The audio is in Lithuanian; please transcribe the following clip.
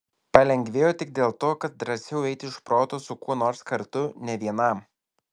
palengvėjo tik dėl to kad drąsiau eiti iš proto su kuo nors kartu ne vienam